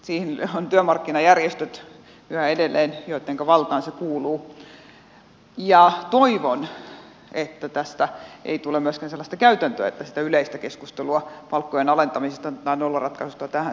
siinä ovat työmarkkinajärjestöt yhä edelleen joittenka valtaan se kuuluu ja toivon että tästä ei tule myöskään sellaista käytäntöä että sitä yleistä keskustelua palkkojen alentamisesta tai nollaratkaisusta tähän saliin siirretään